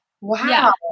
Wow